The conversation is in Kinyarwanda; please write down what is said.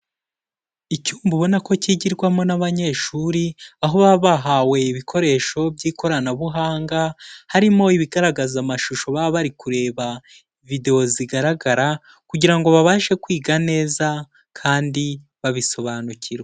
Icyumba ubona ko kigirwamo n'abanyeshuri aho baba bahawe ibikoresho by'ikoranabuhanga, harimo ibigaragaza amashusho baba bari kureba videwo zigaragara kugira ngo babashe kwiga neza kandi babisobanukirwa.